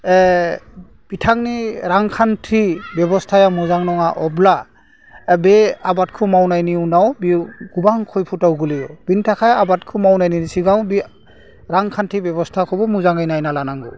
बिथांनि रांखान्थि बेब'स्थाया मोजां नङा अब्ला बे आबादखौ मावनायनि उनाव बेयो गोबां खैफोदाव गोलैयो बेनि थाखाय आबादखौ मावनायनि सिगां बे रांखान्थि बेब'स्थाखौबो मोजाङै नायना लानांगौ